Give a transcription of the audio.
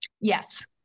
Yes